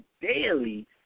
daily